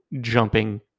jumping